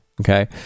okay